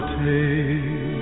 take